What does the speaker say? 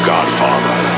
Godfather